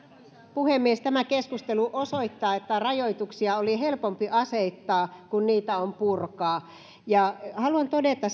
puhemies tämä keskustelu osoittaa että rajoituksia oli helpompi asettaa kuin niitä on purkaa haluan todeta